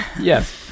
Yes